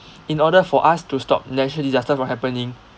in order for us to stop natural disasters from happening